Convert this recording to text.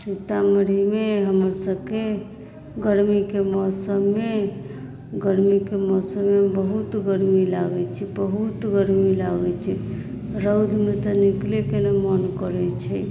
सीतामढ़ीमे हमरसभके गर्मीके मौसममे गर्मीके मौसममे बहुत गर्मी लागैत छै बहुत गर्मी लागैत छै रौदमे तऽ निकलयके नहि मोन करैत छै